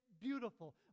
beautiful